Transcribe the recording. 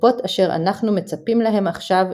"בקופות אשר אנחנו מצפים להם עכשיו,